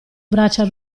braccia